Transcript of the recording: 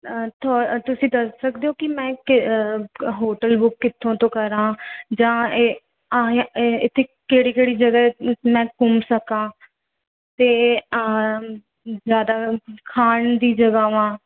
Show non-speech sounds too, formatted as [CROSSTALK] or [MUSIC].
[UNINTELLIGIBLE] ਤੁਸੀਂ ਦੱਸ ਸਕਦੇ ਹੋ ਕਿ ਮੈਂ ਕਿ ਹੋਟਲ ਬੁੱਕ ਕਿੱਥੋਂ ਤੋਂ ਕਰਾਂ ਜਾਂ ਇਹ ਆ ਇ ਇੱਥੇ ਕਿਹੜੀ ਕਿਹੜੀ ਜਗ੍ਹਾ ਏ ਮੈਂ ਘੁੰਮ ਸਕਾਂ ਅਤੇ ਜ਼ਿਆਦਾ ਖਾਣ ਦੀ ਜਗ੍ਹਾਵਾਂ